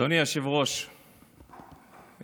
אדוני היושב-ראש,